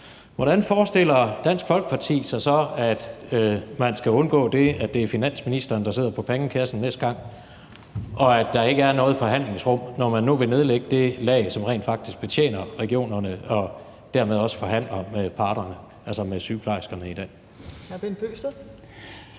Hvordan forestiller Dansk Folkeparti sig så, at man næste gang skal undgå, at det er finansministeren, der sidder på pengekassen, og at der ikke er noget forhandlingsrum, når man nu vil nedlægge det lag, som rent faktisk betjener regionerne og dermed også i dag forhandler med parterne, altså sygeplejerskerne?